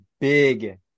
big